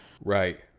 Right